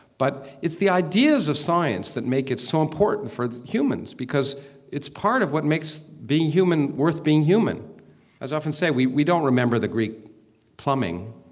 but it's the ideas of science that make it so important for humans because it's part of what makes being human worth being human as i often say, we we don't remember the greek plumbing.